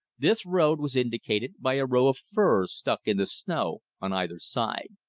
this road was indicated by a row of firs stuck in the snow on either side.